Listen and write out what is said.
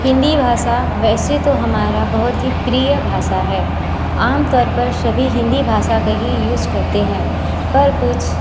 हिंदी भाषा वैसे तो हमारा बहुत ही प्रिय भाषा है आमतौर पर सभी हिंदी भाषा का ही यूज़ करते हैं पर कुछ